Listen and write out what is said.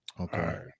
Okay